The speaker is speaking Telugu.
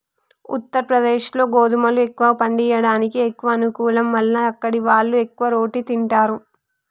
ఉత్తరప్రదేశ్లో గోధుమలు ఎక్కువ పండియడానికి ఎక్కువ అనుకూలం మల్ల అక్కడివాళ్లు ఎక్కువ రోటి తింటారు